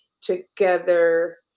together